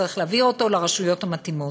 הוא צריך להביא אותו לרשויות המתאימות,